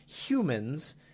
humans